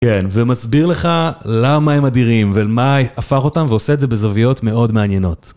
כן, ומסביר לך למה הם אדירים ומה הפך אותם ועושה את זה בזוויות מאוד מעניינות.